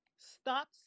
Stop